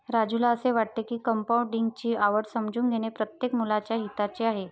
राजूला असे वाटते की कंपाऊंडिंग ची आवड समजून घेणे प्रत्येक मुलाच्या हिताचे आहे